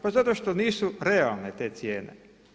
Pa zato što nisu realne te cijene.